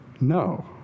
No